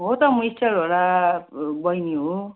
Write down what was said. हो त मो स्टलवाला बहिनी हो